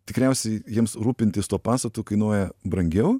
tikriausiai jiems rūpintis tuo pastatu kainuoja brangiau